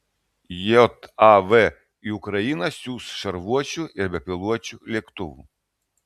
jav į ukrainą siųs šarvuočių ir bepiločių lėktuvų